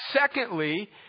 Secondly